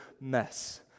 mess